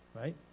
right